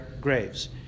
graves